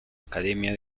academia